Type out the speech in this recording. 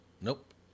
Nope